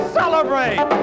celebrate